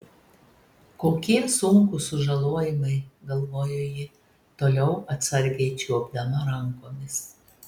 kokie sunkūs sužalojimai galvojo ji toliau atsargiai čiuopdama rankomis